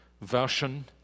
Version